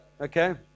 okay